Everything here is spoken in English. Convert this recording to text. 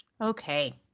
Okay